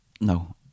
No